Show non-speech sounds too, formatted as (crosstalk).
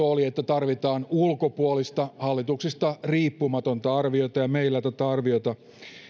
(unintelligible) oli että tarvitaan ulkopuolista hallituksista riippumatonta arviota ja meillä tätä arviota